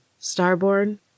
Starborn